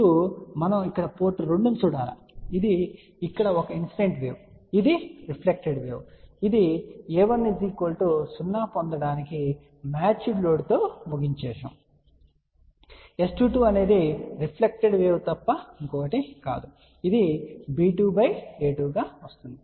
S22 మనం ఇక్కడ port 2 ను చూడాలి ఇది ఇక్కడ ఒక ఇన్సిడెంట్ వేవ్ ఇది రిఫ్లెక్టెడ్ వేవ్ ఇది a1 0 పొందడానికి మ్యాచ్ లోడ్తో ముగించబడుతుంది అని దీని అర్థం S22 అనేది రిఫ్లెక్టెడ్ వేవ్ తప్ప మరొకటి కాదు ఇది b2a2 గా వస్తుంది